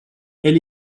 elle